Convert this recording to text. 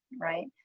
right